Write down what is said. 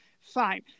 fine